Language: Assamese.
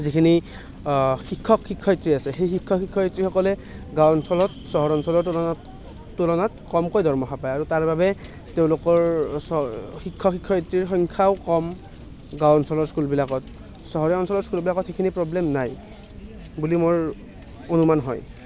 যিখিনি শিক্ষক শিক্ষয়ত্ৰী আছে সেই শিক্ষক শিক্ষয়ত্ৰীসকলে গাঁও অঞ্চলত চহৰ অঞ্চলৰ তুলনাত তুলনাত কমকৈ দৰমহা পায় আৰু তাৰবাবে তেওঁলোকৰ শিক্ষক শিক্ষয়ত্ৰীৰ সংখ্যাও কম গাঁও অঞ্চলৰ স্কুলবিলাকত চহৰীয়া অঞ্চলৰ স্কুলবিলাকত সেইখিনি প্ৰব্লেম নাই বুলি মোৰ অনুমান হয়